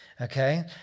Okay